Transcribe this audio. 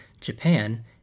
Japan